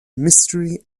mystery